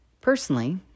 Personally